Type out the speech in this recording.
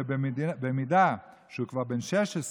ואם הוא כבר בן 16,